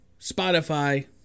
Spotify